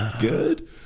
good